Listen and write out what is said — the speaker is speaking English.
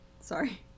Sorry